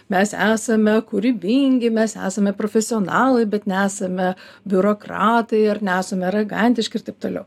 mes esame kūrybingi mes esame profesionalai bet nesame biurokratai ar nesame aragantiški ir taip toliau